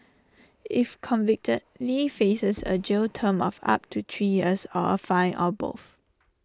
if convicted lee faces A jail term of up to three years or A fine or both